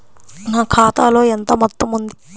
నా ఖాతాలో ఎంత మొత్తం ఉంది?